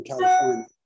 California